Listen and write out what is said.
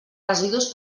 residus